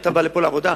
אתה בא לפה לעבודה,